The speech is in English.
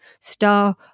star